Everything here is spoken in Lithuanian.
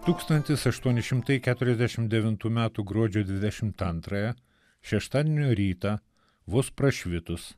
tūkstantis aštuoni šimtai keturiasdešim devintų metų gruodžio dvidešimt antrąją šeštadienio rytą vos prašvitus